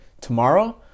tomorrow